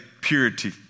purity